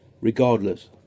Regardless